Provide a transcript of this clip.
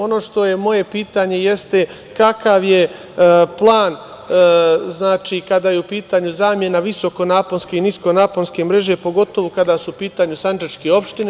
Ono što je moje pitanje jeste, kakav je plan kada je u pitanju zamena visokonaposke i niskonaponske mreže, pogotovo kada su u pitanju sandžačke opštine?